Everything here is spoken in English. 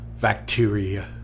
bacteria